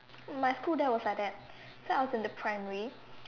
in my school that was like that so I was in the primary